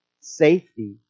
safety